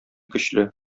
көчле